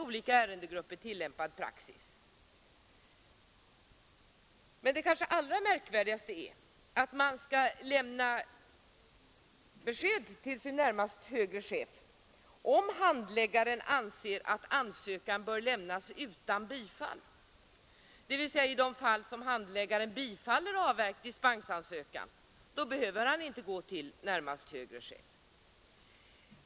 Men det kanske allra märkligaste är att handläggaren skall lämna besked till närmaste högre chef om han anser att ansökan bör lämnas utan bifall. Om handläggaren bifaller dispensansökan behöver han alltså inte gå till närmaste högre chef!